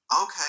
okay